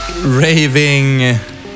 raving